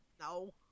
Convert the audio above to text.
No